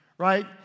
right